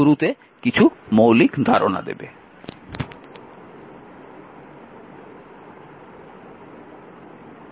এগুলি শুরুতে কিছু মৌলিক ধারণা দেবে